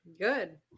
Good